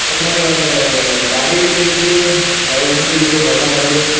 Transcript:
sir ನಮ್ಗಂದ ಗಾಡಿ ಬೇಕಾಗಿತ್ತು ರೀ ರಾಯಲ್ ಎನ್ಫೀಲ್ಡ್ದು ಹೊಸ ಮಾಡಲು